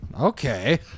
Okay